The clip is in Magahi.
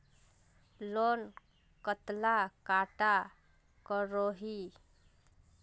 लोन कतला टाका करोही?